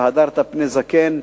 והדרת פני זקן,